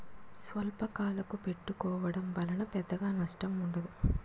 స్వల్పకాలకు పెట్టుకోవడం వలన పెద్దగా నష్టం ఉండదు